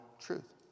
truth